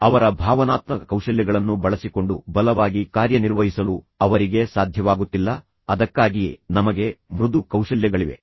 ಅವರ ಭಾವನಾತ್ಮಕ ಕೌಶಲ್ಯಗಳನ್ನು ಬಳಸಿಕೊಂಡು ಬಲವಾಗಿ ಕಾರ್ಯನಿರ್ವಹಿಸಲು ಅವರಿಗೆ ಸಾಧ್ಯವಾಗುತ್ತಿಲ್ಲ ಅದಕ್ಕಾಗಿಯೇ ನಮಗೆ ಮೃದು ಕೌಶಲ್ಯಗಳಿವೆ